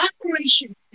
Operation